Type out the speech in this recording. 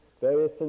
various